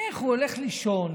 איך הוא הולך לישון?